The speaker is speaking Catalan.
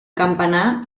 campanar